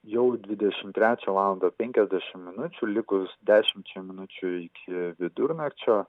jau dvidešim trečią valandą penkiasdešim minučių likus dešimčiai minučių iki vidurnakčio